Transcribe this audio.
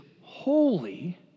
holy